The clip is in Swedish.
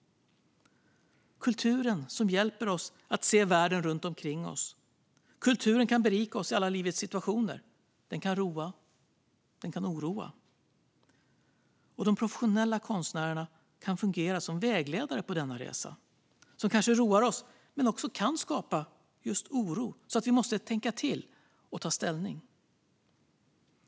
Kulturen hjälper oss att se världen runt omkring oss. Kulturen kan berika oss i alla livets situationer. Den kan roa. Den kan oroa. De professionella konstnärerna kan fungera som vägledare på denna resa. De kanske roar oss, men de kan också skapa oro så att vi måste tänka till och ta ställning.